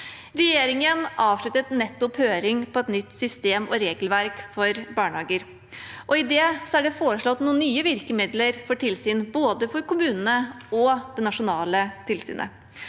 Regjeringen avsluttet nettopp høring om et nytt system og regelverk for barnehager, og i det er det foreslått noen nye virkemidler for tilsyn for kommunene og det nasjonale tilsynet.